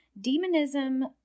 demonism